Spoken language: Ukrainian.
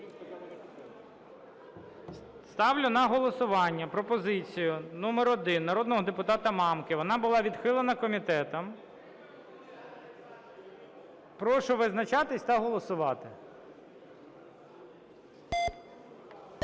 Ставлю на голосування пропозицію номер один народного депутата Мамки, вона була відхилена комітетом. Прошу визначатись та голосувати.